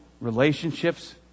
relationships